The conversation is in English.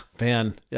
man